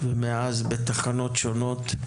ומאז בתחנות שונות.